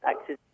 access